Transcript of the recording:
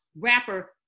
rapper